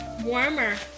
Warmer